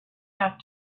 have